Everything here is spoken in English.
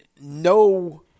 no